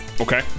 okay